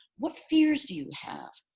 what fears do you have?